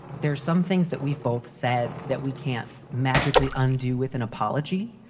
there's some things that we've both said that we can't magically undo with an apology.